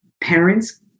parents